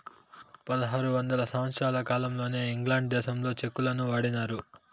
పదహారు వందల సంవత్సరాల కాలంలోనే ఇంగ్లాండ్ దేశంలో చెక్కులను వాడినారు